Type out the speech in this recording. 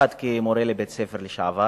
1. כמורה לשעבר בבית-ספר,